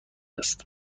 است